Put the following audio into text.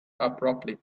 abruptly